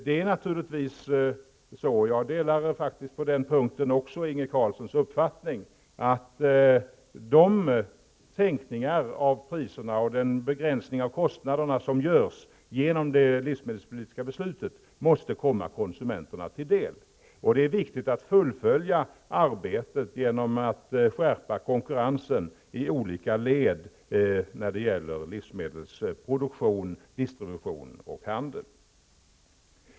Det är naturligtvis så -- jag delar på den punkten också Inge Carlssons uppfattning -- att de sänkningar av priserna och den begränsning av kostnaderna som görs genom det livsmedelspolitiska beslutet måste komma konsumenterna till del. Det är viktigt att fullfölja arbetet genom att skärpa konkurrensen i olika led när det gäller livsmedelsproduktion, distribution och handel.